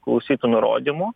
klausytų nurodymų